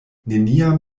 neniam